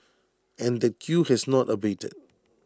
and that queue has not abated